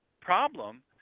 problem